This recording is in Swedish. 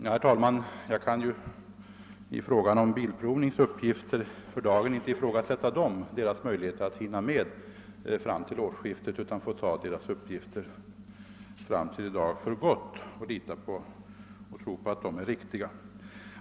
Herr talman! Jag kan i dag inte ifrågasätta Svensk bilprovnings möjligheter att hinna med sitt arbete fram till årsskiftet, utan jag får ta bolagets uppgifter för gott och tro på att de är riktiga.